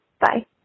Bye